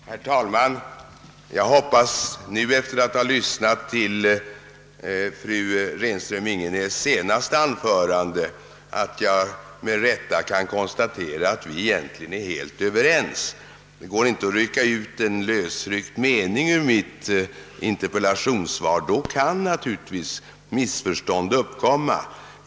Herr talman! Jag hoppas att jag nu, efter att ha lyssnat till fru Renström Ingenäs” senaste anförande, med rätta kan konstatera att vi egentligen är helt överens. Det går inte att bedöma frågan efter en lösryckt mening i mitt interpellationssvar; då kan naturligtvis missförstånd uppkomma.